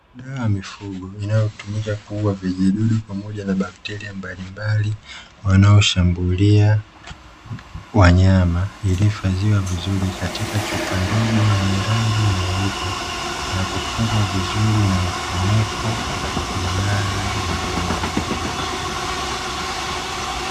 Dawa ya mifugo inayotumika kuua vijidudu pamoja na bakteria mbalimbali wanaoshambulia wanyama iliyohifadhiwa vizuri katika chupa ndogo yenye rangi nyeupe, na kufungwa vizuri na mfuniko imara na bora zaidi.